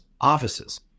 offices